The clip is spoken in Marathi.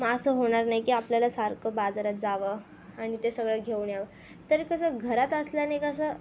मग असं होणार नाही की आपल्याला सारखं बाजारात जावं आणि ते सगळं घेऊन यावं तरी कसं घरात असल्याने कसं